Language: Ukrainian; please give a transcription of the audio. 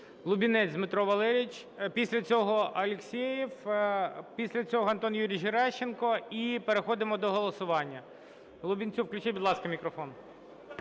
Лубінець Дмитро Валерійович. Після цього – Алєксєєв. Після цього – Антон Юрійович Геращенко. І переходимо до голосування. Лубінцю включіть, будь ласка, мікрофон.